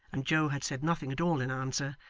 and joe had said nothing at all in answer,